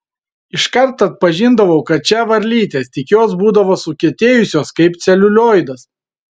iškart atpažindavau kad čia varlytės tik jos būdavo sukietėjusios kaip celiulioidas